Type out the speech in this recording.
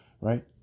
right